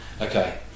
Okay